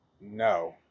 No